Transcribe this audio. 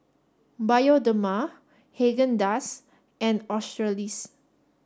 Bioderma Haagen Dazs and Australis